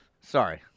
Sorry